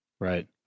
right